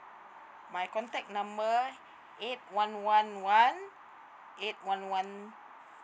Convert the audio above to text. my contac number eight one one one eight one one